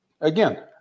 Again